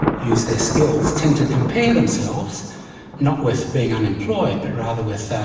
use their skills, tend to compare themselves not with being unemployed but rather with